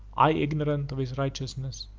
i, ignorant of his righteousness,